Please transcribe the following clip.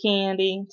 Candy